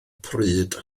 pryd